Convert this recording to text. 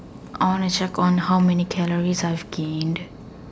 I want to check on how many calories are skin